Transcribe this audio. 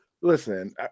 listen